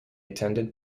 attended